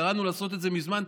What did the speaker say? קראנו לעשות את זה מזמן.